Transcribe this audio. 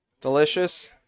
delicious